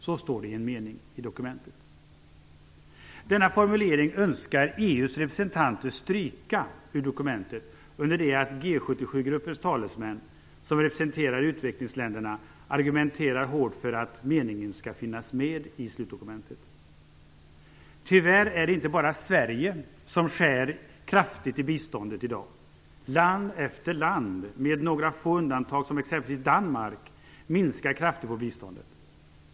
EU:s representanter önskar stryka formuleringen ur dokumentet under det att G 77-gruppens talesmän, som representerar utvecklingsländerna, argumenterar hårt för att meningen skall finnas med i slutdokumentet. Tyvärr är det inte bara Sverige som skär kraftigt i biståndet i dag. Land efter land, med några få undantag som exempelvis Danmark, minskar kraftigt på biståndet.